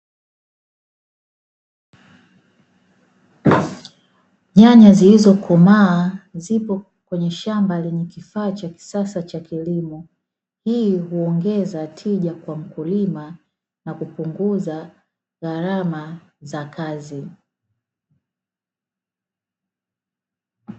Nyanya zililzokomaa zipo kwenye shamba lenye kifaa cha kisasa cha kilimo. Hii huongeza tija kwa mkulima, na kupunguza gharama za kazi.